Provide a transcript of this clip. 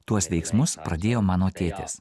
tuos veiksmus pradėjo mano tėtis